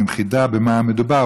עם חידה במה מדובר,